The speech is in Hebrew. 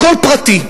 הכול פרטי.